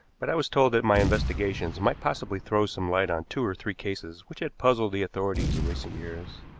but i was told that my investigations might possibly throw some light on two or three cases which had puzzled the authorities in recent years.